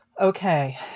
okay